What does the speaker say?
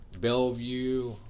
Bellevue